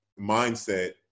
mindset